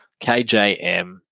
KJM